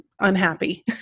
unhappy